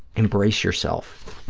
embrace yourself.